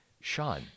Sean